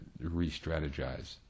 re-strategize